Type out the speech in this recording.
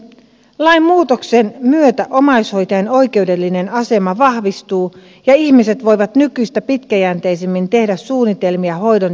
lainmuutoksen myötä omaishoitajan oikeudellinen asema vahvistuu ja ihmiset voivat nykyistä pitkäjänteisemmin tehdä suunnitelmia hoidon järjestämiseksi